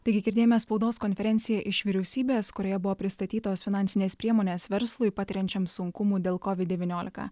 taigi girdėjome spaudos konferenciją iš vyriausybės kurioje buvo pristatytos finansinės priemonės verslui patiriančiam sunkumų dėl kovid devyniolika